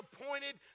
appointed